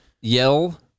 yell